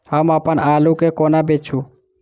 हम अप्पन आलु केँ कोना बेचू?